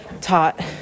taught